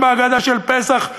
גם בהגדה של פסח,